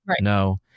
no